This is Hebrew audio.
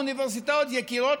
אוניברסיטאות יקירות,